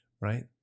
right